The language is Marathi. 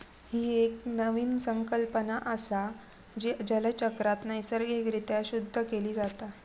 ही एक नवीन संकल्पना असा, जी जलचक्रात नैसर्गिक रित्या शुद्ध केली जाता